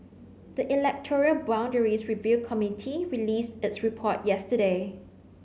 the electoral boundaries review committee released its report yesterday